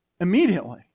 immediately